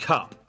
Cup